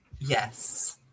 yes